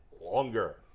longer